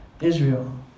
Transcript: Israel